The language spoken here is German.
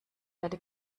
werde